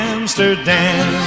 Amsterdam